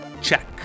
Check